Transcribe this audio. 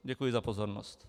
Děkuji za pozornost.